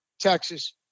Texas